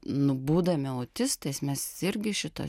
nu būdami autistais mes irgi šito